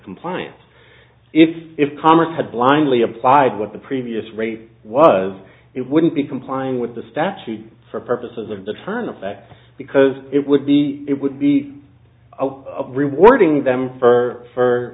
compliance if if congress had blindly applied what the previous rate was it wouldn't be complying with the statute for purposes of the turn effect because it would be it would be rewarding them for for